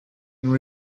nous